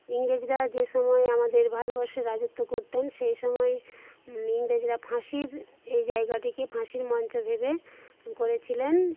ইংরেজরা যে সময়ে আমাদের ভারতবর্ষে রাজত্ব করতেন সেই সময়ে ইংরেজরা ফাঁসির এই জায়গাটিকে ফাঁসির মঞ্চ ভেবে গড়েছিলেন